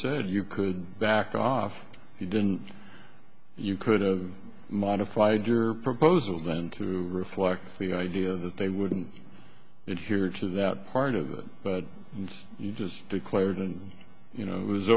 said you could back off if you didn't you could've modified your proposal then to reflect the idea that they wouldn't get here to that part of it but you just declared and you know it was